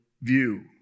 view